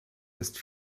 ist